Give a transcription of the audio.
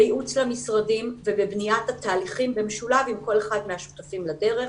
בייעוץ למשרדים ובבניית התהליכים במשולב עם כל אחד מהשותפים לדרך.